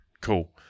Cool